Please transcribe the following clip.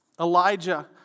Elijah